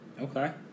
Okay